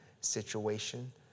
situation